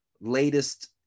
Latest